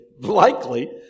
likely